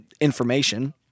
information